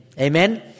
Amen